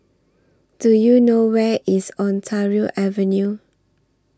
Do YOU know Where IS Ontario Avenue